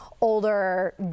older